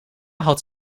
had